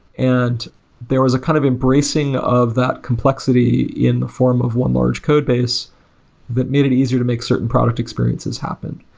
and there was a kind of embracing of that complexity in form of one large codebase that made it easier to make certain product experiences happen.